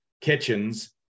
kitchens